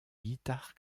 guitare